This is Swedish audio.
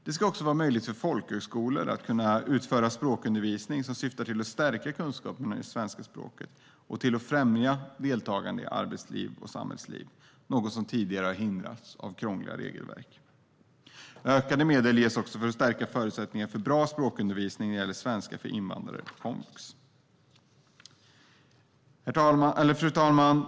Det ska vara möjligt för folkhögskolor att utföra språkundervisning som syftar till att stärka kunskaperna i svenska språket och till att främja deltagande i arbets och samhällsliv, något som tidigare hindrats av krångliga regelverk. Ökade medel ges också för att stärka förutsättningarna för bra språkundervisning när det gäller svenska för invandrare på komvux. Fru talman!